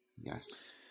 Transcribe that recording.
Yes